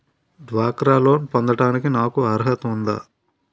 డ్వాక్రా లోన్ పొందటానికి నాకు అర్హత ఉందా?